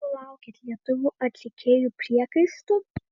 nesulaukėt lietuvių atlikėjų priekaištų